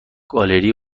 گالری